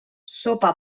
sopa